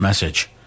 message